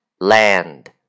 Land